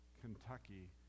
Kentucky